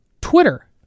Twitter